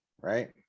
right